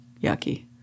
yucky